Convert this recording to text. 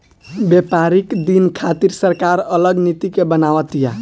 व्यापारिक दिन खातिर सरकार अलग नीति के बनाव तिया